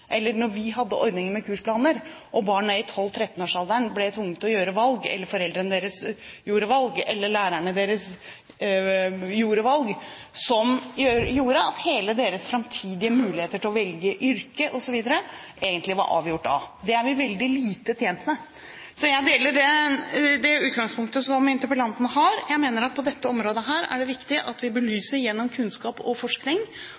vi hadde ordningen med kursplaner, og barn ned i 12–13-årsalderen ble tvunget til å gjøre valg, eller foreldrene deres gjorde valg, eller lærerne deres gjorde valg, ble alle deres framtidige muligheter til å velge yrke osv. egentlig avgjort da. Det er vi veldig lite tjent med. Så jeg deler det utgangspunktet som interpellanten har. Jeg mener at på dette området er det viktig at vi belyser gjennom kunnskap og forskning